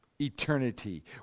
eternity